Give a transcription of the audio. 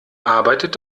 arbeitet